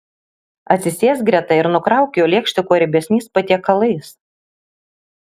atsisėsk greta ir nukrauk jo lėkštę kuo riebesniais patiekalais